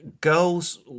girls